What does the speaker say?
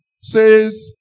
says